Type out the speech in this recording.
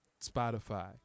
Spotify